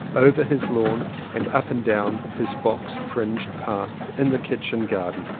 over his lawn and up and down his box-fringed path in the kitchen garden.